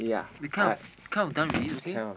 we kind of kind of done with this okay